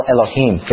Elohim